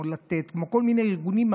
לתת וכמו כל מיני ארגונים,